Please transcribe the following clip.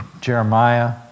Jeremiah